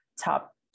top